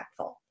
impactful